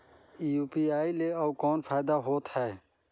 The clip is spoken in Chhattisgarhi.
यू.पी.आई ले अउ कौन फायदा होथ है?